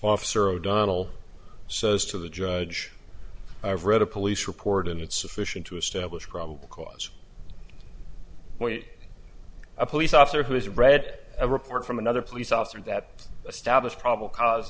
officer o'donnell so as to the judge i've read a police report and it's sufficient to establish probable cause a police officer who has read a report from another police officer that establish probable cause